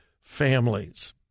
families